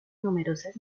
numerosas